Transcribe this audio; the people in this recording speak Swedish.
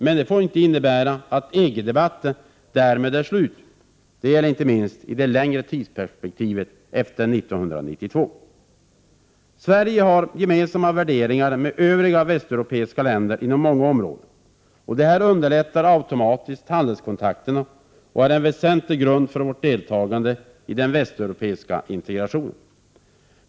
Men det får inte innebära att EG-debatten därmed är slut. Detta gäller inte minst i det längre tidsperspektivet — efter 1992. Sverige har gemensamma värderingar med övriga västeuropeiska länder inom många områden. Det underlättar automatiskt handelskontakterna och är en väsentlig grund för vårt deltagande i den västeuropeiska integrationen.